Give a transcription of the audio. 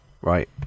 right